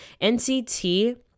NCT